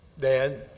Dad